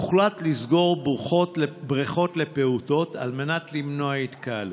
הוחלט לסגור בריכות לפעוטות על מנת למנוע התקהלות.